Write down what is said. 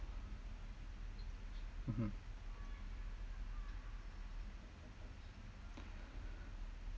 mmhmm